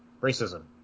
racism